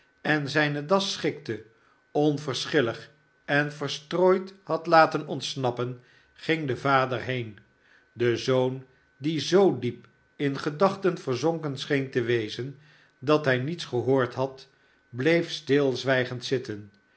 en zijne das schikte onverschillig en verstrooid had laten ontsnappen ging de vader heen de zoon die zoo diep in gedachten verzonken scheen te wezen dat hij niets gehoord had bleef stilzwijgend zitten